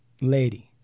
lady